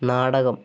നാടകം